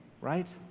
right